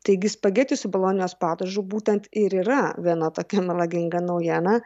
taigi spageti su bolonijos padažu būtent ir yra viena tokia melaginga naujiena